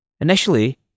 Initially